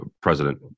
President